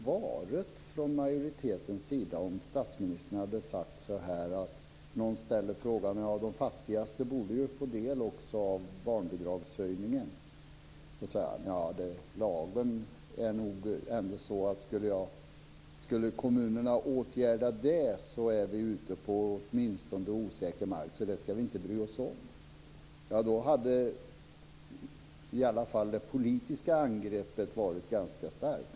Men låt oss säga att någon hade ställt frågan om att de fattigaste också borde få del av barnbidragshöjningen och statsministern hade sagt så här: Lagen är nog ändå sådan att om kommunerna skulle åtgärda det här så skulle vi åtminstone vara ute på osäker mark, så det ska vi inte bry oss om. Vad hade reaktionen varit då? Då hade i alla fall det politiska angreppet varit ganska starkt.